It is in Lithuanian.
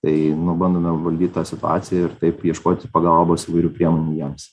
tai bandome valdyt tą situaciją ir taip ieškoti pagalbos įvairių priemonių jiems